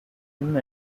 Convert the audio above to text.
him